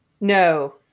No